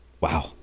Wow